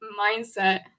mindset